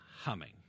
humming